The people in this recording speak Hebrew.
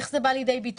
איך זה בא לידי ביטוי.